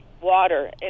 water